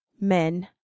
men